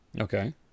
Okay